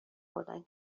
خوردن